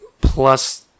plus